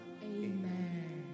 Amen